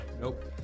nope